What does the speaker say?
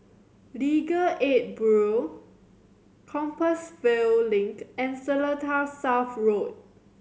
Legal Aid Bureau Compassvale Link and Seletar South Road